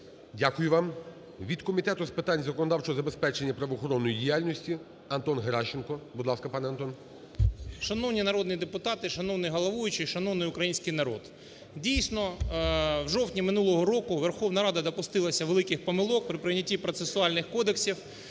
Дякую вам. Від Комітету з питань законодавчого забезпечення, правоохоронної діяльності Антон Геращенко. Будь ласка, пане Антон. 11:38:00 ГЕРАЩЕНКО А.Ю. Шановні народні депутати! Шановний головуючий! Шановний український народ! Дійсно, в жовтні минулого року Верховна Рада допустилася великих помилок при прийнятті процесуальних кодексів.